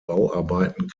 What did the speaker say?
bauarbeiten